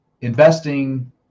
investing